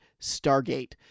Stargate